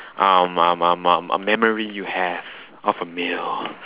um um um um a memory you have of a meal